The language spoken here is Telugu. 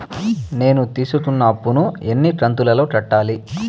నేను తీసుకున్న అప్పు ను ఎన్ని కంతులలో కట్టాలి?